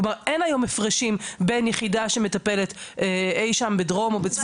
כלומר כבר אין היום הפרשים בין יחידה שמטפלת בין דרום וצפון הארץ.